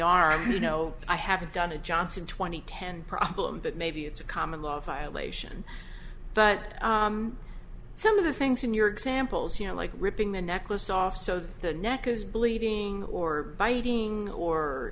arm you know i haven't done a johnson twenty ten problem that maybe it's a common law violation but some of the things in your examples you know like ripping the necklace off so that the neck is bleeding or biting or